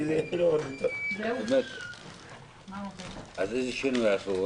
בניתוח שלנו ובקצב